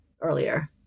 earlier